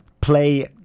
play